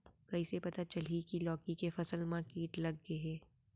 कइसे पता चलही की लौकी के फसल मा किट लग गे हे?